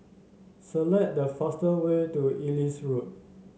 select the fastest way to Ellis Road